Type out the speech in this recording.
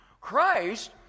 Christ